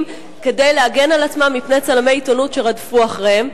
כדי להגן על עצמן מפני צלמי עיתונות שרדפו אחריהן.